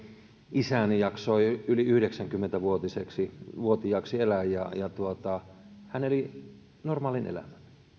isäni jaksoi yli yhdeksänkymmentä vuotiaaksi vuotiaaksi elää ja hän eli normaalin elämän